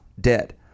dead